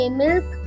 milk